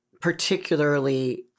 particularly